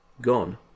gone